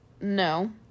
No